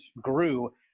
grew